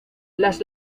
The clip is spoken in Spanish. las